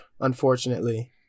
unfortunately